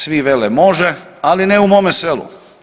Svi vele može, ali ne u mome selu.